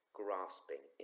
grasping